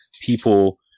people